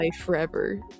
forever